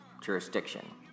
jurisdiction